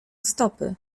stopy